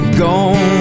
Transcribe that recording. gone